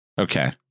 Okay